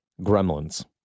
Gremlins